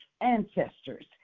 ancestors